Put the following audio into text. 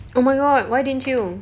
oh my god why didn't you